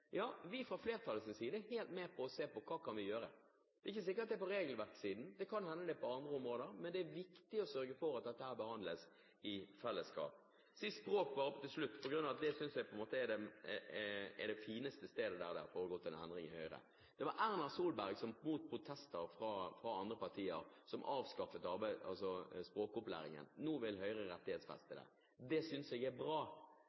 Fra flertallets side er vi helt med på å se på hva vi kan gjøre. Det er ikke sikkert det gjelder regelverksiden. Det kan hende det gjelder andre områder. Men det er viktig å sørge for at dette behandles i fellesskap. Til slutt litt om språk, for jeg synes på en måte det er det fineste stedet der det har foregått en endring i Høyre. Det var Erna Solberg som, mot protester fra andre partier, avskaffet språkopplæringen. Nå vil Høyre rettighetsfeste den. Det synes jeg er bra.